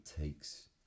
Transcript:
takes